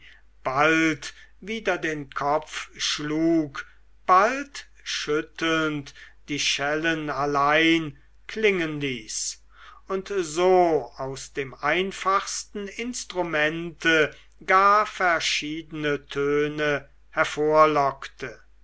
bald wider den kopf schlug bald schüttelnd die schellen allein klingen ließ und so aus dem einfachsten instrumente gar verschiedene töne